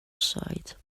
side